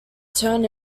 turn